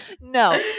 no